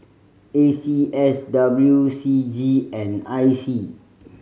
A C S W C G and I C